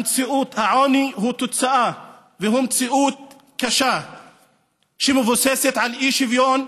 העוני הוא תוצאה והוא מציאות קשה שמבוססת על אי-שוויון,